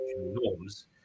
norms